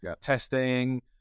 testing